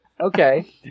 okay